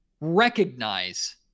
recognize